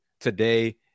today